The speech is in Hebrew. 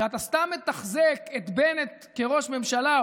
שאתה סתם מתחזק את בנט כראש ממשלה,